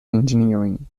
engineering